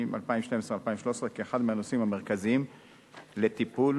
2012 2013 כאחד מהנושאים המרכזיים לטיפול